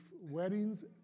weddings